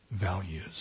values